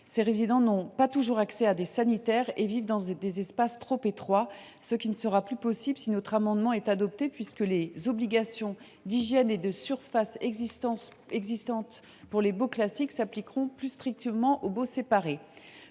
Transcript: Ces derniers n’ont pas toujours accès à des sanitaires et vivent dans des espaces trop étroits, ce qui ne sera plus possible si notre amendement est adopté, puisque les obligations en termes d’hygiène et de surface des baux classiques s’appliqueront plus strictement aux baux séparés.